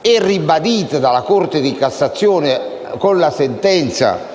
e ribadita dalla Corte di cassazione con la sentenza n.